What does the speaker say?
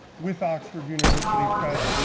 with oxford university press,